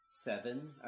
seven